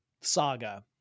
saga